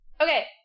Okay